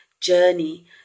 journey